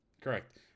Correct